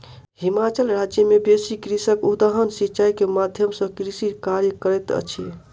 हिमाचल राज्य मे बेसी कृषक उद्वहन सिचाई के माध्यम सॅ कृषि कार्य करैत अछि